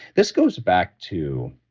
this goes back to